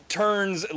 turns